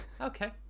Okay